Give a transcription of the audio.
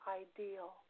ideal